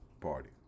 party